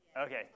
Okay